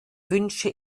wünsche